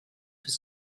his